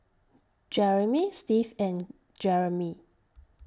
Jerimy Steve and Jeramie